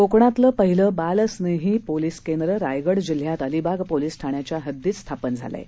कोकणातलं पहिलं बालस्नेही पोलीस केंद्र रायगड जिल्ह्यात अलिबाग पोलीस ठाण्याच्या हद्दीत स्थापन झालं आहे